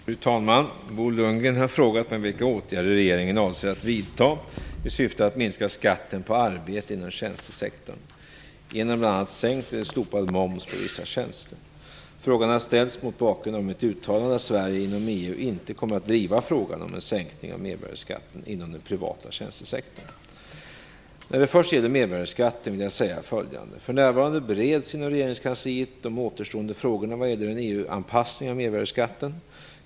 Fru talman! Bo Lundgren har frågat mig vilka åtgärder regeringen avser att vidta i syfte att minska skatten på arbete inom tjänstesektorn genom bl.a. sänkt eller slopad moms på vissa tjänster. Frågan har ställts mot bakgrund av mitt uttalande att Sverige inom EU inte kommer att driva frågan om en sänkning av mervärdesskatten inom den privata tjänstesektorn. När det först gäller mervärdesskatten vill jag säga följande: För närvarande bereds inom regeringskansliet de återstående frågorna vad gäller en EU anpassning av mervärdesskatten.